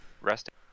resting